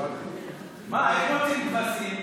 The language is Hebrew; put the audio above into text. איך מוציאים